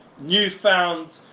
newfound